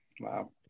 Wow